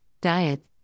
diet